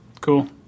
cool